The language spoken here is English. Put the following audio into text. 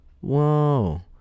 Whoa